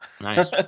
Nice